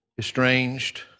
Estranged